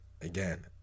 Again